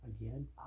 Again